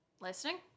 Listening